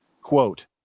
Quote